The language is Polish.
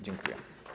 Dziękuję.